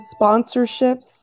sponsorships